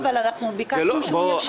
אבל אני ביקשתי שהוא ישיב.